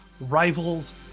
Rivals